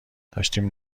داشتیم